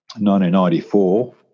1994